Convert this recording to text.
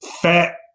fat